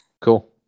Cool